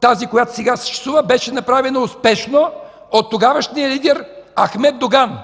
тази, която сега съществува, беше направен успешно от тогавашния лидер Ахмед Доган,